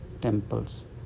temples